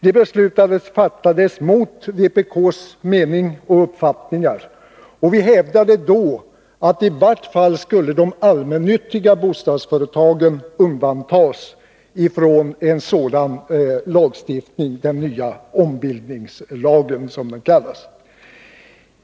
Det beslutet fattades mot vpk:s uppfattningar, och vi hävdade då att i vart fall de allmännyttiga bostadsföretagen skulle undantas från en sådan lagstiftning — den nya ombildningslagen, som den kallas.